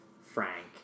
Frank